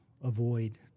avoid